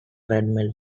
treadmill